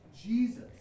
Jesus